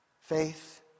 Faith